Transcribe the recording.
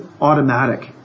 automatic